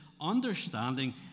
understanding